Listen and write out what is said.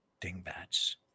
Dingbats